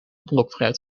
blokfluit